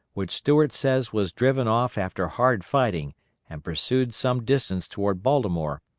which stuart says was driven off after hard fighting and pursued some distance toward baltimore,